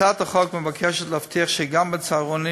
הצעת החוק מבקשת להבטיח שגם בצהרונים